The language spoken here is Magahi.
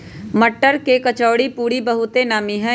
मट्टर के कचौरीपूरी बहुते नामि हइ